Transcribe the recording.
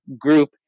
group